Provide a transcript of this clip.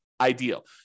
ideal